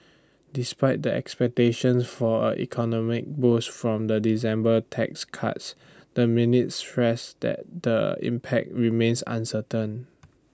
despite the expectation for A economic boost from the December tax cuts the minutes stressed that the impact remains uncertain